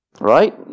Right